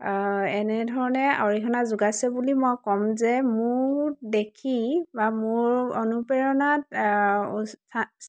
এনেধৰণে অৰিহণা যোগাইছে বুলি মই ক'ম যে মোৰ দেখি বা মোৰ অনুপ্ৰেৰণাত